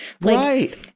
right